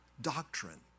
doctrine